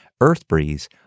EarthBreeze